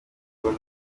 ebola